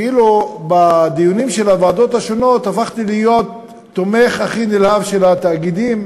בדיונים של הוועדות השונות הפכתי להיות התומך הכי נלהב של התאגידים,